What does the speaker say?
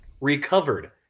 Recovered